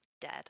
dead